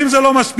ואם זה לא מספיק,